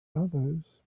others